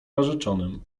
narzeczonym